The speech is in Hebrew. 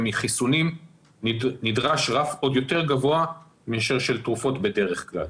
ומחיסונים נדרש רף עוד יותר גבוה מאשר של תרופות בדרך כלל.